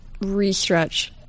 restretch